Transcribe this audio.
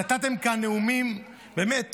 נתתם כאן נאומים באמת